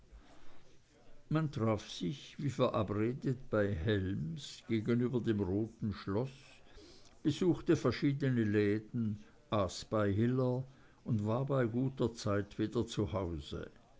man traf sich wie verabredet bei helms gegenüber dem roten schloß besuchte verschiedene läden aß bei hiller und war bei guter zeit wieder